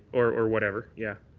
or whatever. yeah.